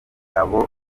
abo